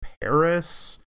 paris